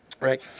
Right